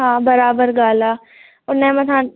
हा बराबरि ॻाल्हि आहे उनजे मथां